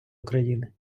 україни